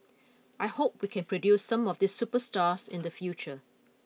I hope we can produce some of these superstars in the future